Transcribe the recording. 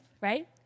right